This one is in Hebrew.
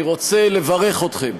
אני רוצה לברך אתכם.